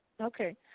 Okay